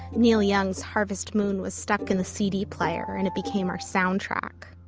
neil young's harvest moon was stuck in the cd player and it became our soundtrack